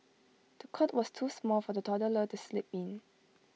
the cot was too small for the toddler to sleep in